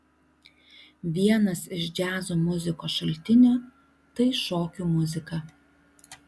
vienas iš džiazo muzikos šaltinių tai šokių muzika